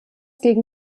gegen